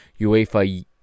UEFA